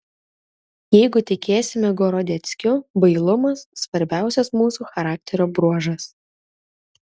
jeigu tikėsime gorodeckiu bailumas svarbiausias mūsų charakterio bruožas